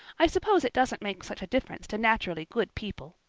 i suppose it doesn't make such a difference to naturally good people.